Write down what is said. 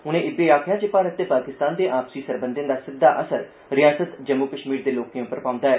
उनें इब्बी आखेआ जे भारत ते पाकिस्तान दे आपसी सरबंधे दा सिद्दा असर रिआसत जम्मू कष्मीर दे लोकें उप्पर पौंदा ऐ